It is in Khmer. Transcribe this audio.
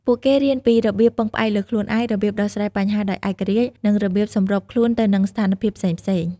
ពួកគេរៀនពីរបៀបពឹងផ្អែកលើខ្លួនឯង របៀបដោះស្រាយបញ្ហាដោយឯករាជ្យ និងរបៀបសម្របខ្លួនទៅនឹងស្ថានភាពផ្សេងៗ។